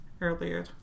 earlier